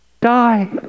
die